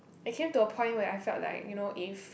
it came to a point where I feel like you know if